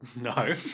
No